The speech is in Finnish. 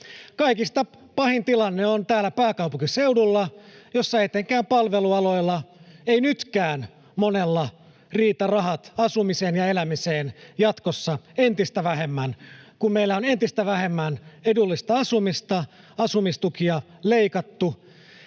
Kaikista pahin tilanne on täällä pääkaupunkiseudulla, jossa etenkään palvelualoilla eivät nytkään monella riitä rahat asumiseen ja elämiseen — jatkossa entistä vähemmän, kun meillä on entistä vähemmän edullista asumista, asumistukia on leikattu.